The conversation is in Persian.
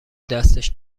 دستش